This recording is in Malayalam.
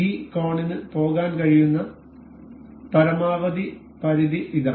ഈ കോണിന് പോകാൻ കഴിയുന്ന പരമാവധി പരിധി ഇതാണ്